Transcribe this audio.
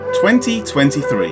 2023